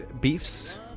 Beefs